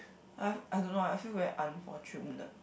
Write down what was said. I've I don't know I feel very unfortunate